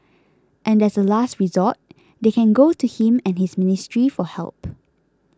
and as a last resort they can go to him and his ministry for help